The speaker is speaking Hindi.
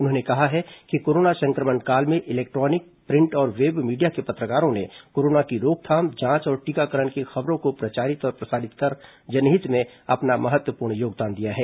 उन्होंने कहा है कि कोरोना संक्रमण काल में इलेक्ट्रॉनिक प्रिंट और वेब मीडिया के पत्रकारों ने कोरोना की रोकथाम जांच और टीकाकरण की खबरों को प्रचारित और प्रसारित कर जनहित में अपना महत्वपूर्ण योगदान दिया है